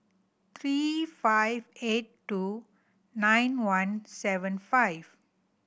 three five eight two nine one seven five